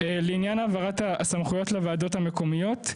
לעניין העברת הסמכויות לוועדות המקומיות.